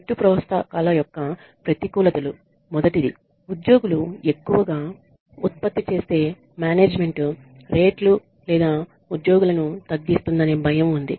జట్టు ప్రోత్సాహకాల యొక్క ప్రతికూలతలు మొదటిది ఉద్యోగులు ఎక్కువగా ఉత్పత్తి చేస్తే మేనేజ్మెంట్ రేట్లు లేదా ఉద్యోగులను తగ్గిస్తుందనే భయం ఉంది